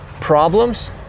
Problems